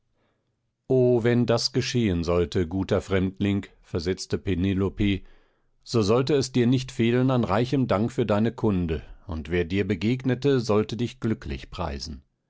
o wenn das geschehen sollte guter fremdling versetzte penelope so sollte es dir nicht fehlen an reichem dank für deine kunde und wer dir begegnete sollte dich glücklich preisen